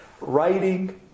writing